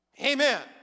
Amen